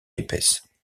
épaisses